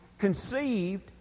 conceived